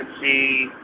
see